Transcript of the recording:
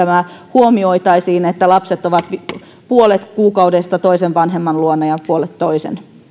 huomioitaisiin se että lapset ovat puolet kuukaudesta toisen vanhemman luona ja puolet toisen